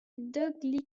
bactérien